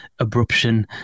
abruption